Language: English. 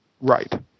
Right